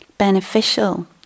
beneficial